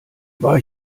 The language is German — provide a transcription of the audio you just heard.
war